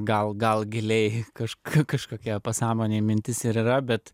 gal gal giliai kažkokia pasąmonėj mintis ir yra bet